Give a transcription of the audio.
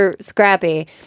Scrappy